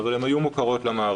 אבל הן היו מוכרות למערכת.